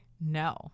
No